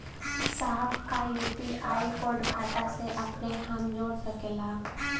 साहब का UPI code खाता से अपने हम जोड़ सकेला?